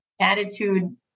attitude